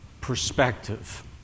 perspective